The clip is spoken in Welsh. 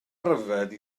ryfedd